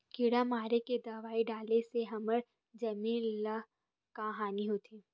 किड़ा मारे के दवाई डाले से हमर जमीन ल का हानि होथे?